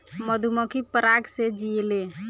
मधुमक्खी पराग से जियेले